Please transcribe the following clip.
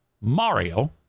Mario